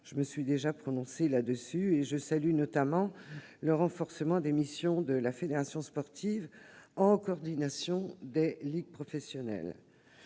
de multiples avancées. Je salue notamment le renforcement des missions de la fédération sportive en coordination des ligues professionnelles.